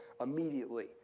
immediately